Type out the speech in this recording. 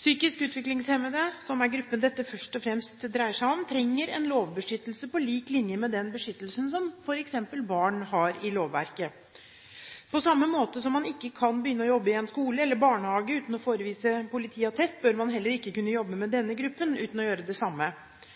Psykisk utviklingshemmede – som er gruppen dette først og fremst dreier seg om – trenger en lovbeskyttelse på lik linje med den beskyttelsen som f.eks. barn har i lovverket. På samme måte som man ikke kan begynne å jobbe i en skole eller barnehage uten å forevise politiattest, bør man heller ikke kunne jobbe med denne gruppen uten å gjøre det samme.